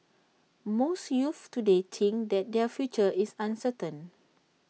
most youths today think that their future is uncertain